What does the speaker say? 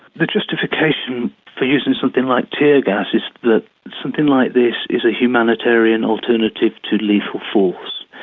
the justification for using something like tear gas is that something like this is a humanitarian alternative to lethal force.